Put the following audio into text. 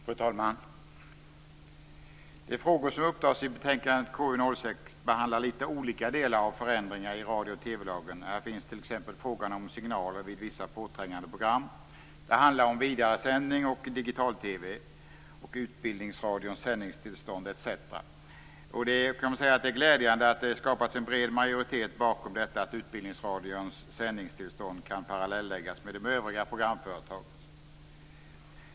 Fru talman! De frågor som upptas i betänkandet KU6 behandlar lite olika delar av förändringar i radio och TV-lagen. Här finns t.ex. frågan om signaler vid vissa påträngande program. Det handlar om vidaresändning och digital-TV, Utbildningsradions sändningstillstånd, etc. Det är glädjande att det har skapats en bred majoritet bakom detta att Utbildningsradions sändningstillstånd kan parallelläggas med de övriga programföretagens.